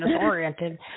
oriented